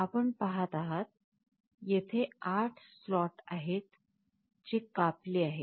आपण पहात आहात येथे 8 स्लॉट आहेत जे कापले आहेत